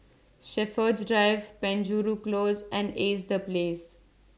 Shepherds Drive Penjuru Close and Ace The Place